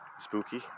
spooky